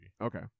Okay